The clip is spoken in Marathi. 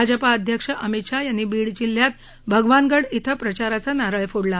भाजपा अध्यक्ष अमित शाह यांनी बीड जिल्ह्यात भगवान गड ििं प्रचाराचा नारळ फोडला